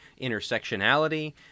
intersectionality